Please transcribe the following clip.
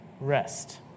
rest